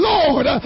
Lord